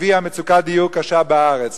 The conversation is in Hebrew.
הביא למצוקת דיור קשה בארץ.